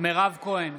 מירב כהן,